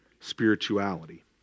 spirituality